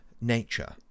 nature